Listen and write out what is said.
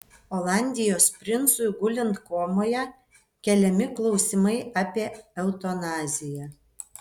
olandijos princui gulint komoje keliami klausimai apie eutanaziją